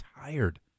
tired